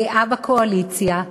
גאה בקואליציה,